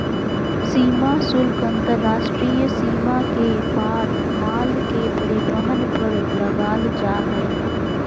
सीमा शुल्क अंतर्राष्ट्रीय सीमा के पार माल के परिवहन पर लगाल जा हइ